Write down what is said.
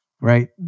right